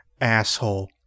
asshole